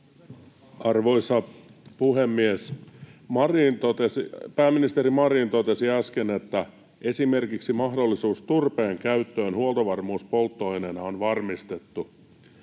Arvoisa puhemies! Pääministeri Marin totesi äsken, että esimerkiksi mahdollisuus turpeen käyttöön huoltovarmuuspolttoaineena on varmistettu.